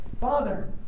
Father